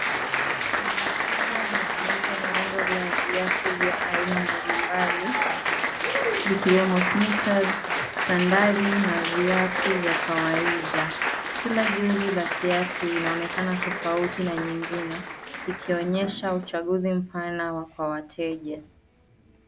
Meza kubwa imefunikwa na rundo la viatu vya aina mbali mbali, vikiwemo: sneakers, sandali na viatu vya kawaida. Kila jozi ya kiatu inaonekana tofauti na nyingine, ikionyesha uchaguzi mpana wa kwa wateja.